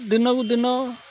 ଦିନକୁ ଦିନ